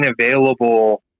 available